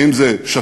האם זה שטוח?